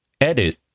edit